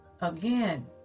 Again